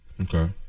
okay